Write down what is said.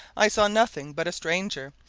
i saw nothing but a stranger,